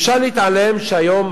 אי-אפשר להתעלם מכך שהיום